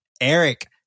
Eric